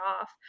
off